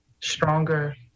stronger